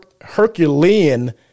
Herculean